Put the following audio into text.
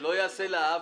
שלא ייעשה לה עוול,